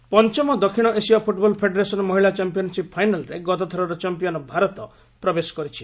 football ପଞ୍ଚମ ଦକ୍ଷିଣ ଏସୀୟ ଫ୍ରଟବଲ ଫେଡେରେସନ ମହିଳା ଚାମ୍ପିୟନସିପ୍ ଫାଇନାଲରେ ଗତଥରର ଚାମ୍ପିୟନ ଭାରତ ପ୍ରବେଶ କରିଛି